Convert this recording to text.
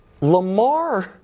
Lamar